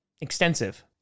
extensive